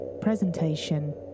Presentation